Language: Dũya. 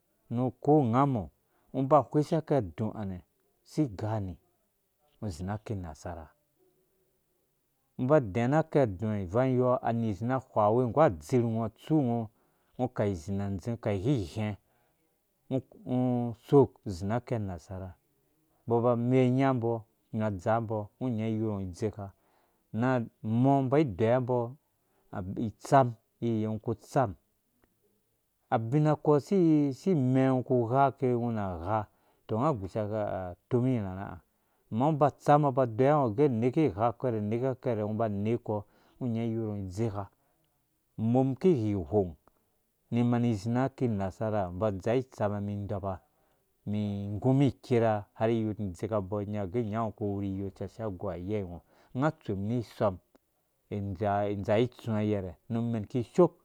Nu ko ungamɔ ungo uba uwhwɛsha kidu. a nɛ si gani ungo uzi na ki nasara ungo uba udzɛɛ na ki adua ivang yɔɔ ani izi na ahwawe nggu adirhungo atsu ungo kai izi na dzing ka ighighɛ ungo uso uzi na ki nasara umbɔ aba anmei anyanbɔ na adza ambo ungo inyaɔ iyorngo idzeka na mɔ umbɔ adeya mbɔ abi itsar i ungo ktsar abina kɔɔ si-si mɛ ungo uku igha kɛ ungo na ugha tɔ unga agbisa za atomi irharha ha ama ungo uba utsammɔ ba adeyiwe ungo gɛ umeke igha ukpɛrɛ neke akɛrɛ ungo uba utammɔ ba adeiyiwa ungo ge uneka igha ukpɛrɛ neka akɛrɛ ungo uba uneko ungo inayawɔ iyornga idzeka umum iki ighighang ni mani izi na ki nasara ha umbɔ adzaa itsama mi indɔ ba mi igumum ikera har iyotum idzeka abɔɔ anya gɛ unya ungo uku ughong iyor cɛ ashe agou ha ayei ungo unga atsu ni isɔm indzaa indzaa ituwa yɛrɛ nu umen kisoo